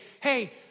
hey